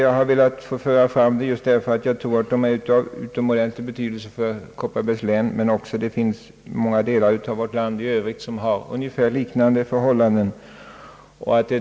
Jag har velat framföra dem just därför att jag tror att de är av utomordentlig betydelse för Kopparbergs län men också därför att det finns många andra delar av vårt land som har liknande förhållanden.